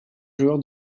joueur